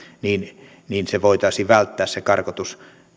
voitaisiin välttää se karkotus